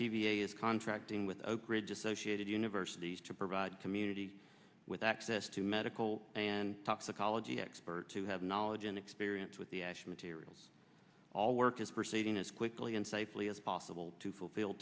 t v a is contracting with oak ridge associated universities to provide communities with access to medical and toxicology expert to have knowledge and experience with the actual materials all work is proceeding as quickly and safely as possible to fulfill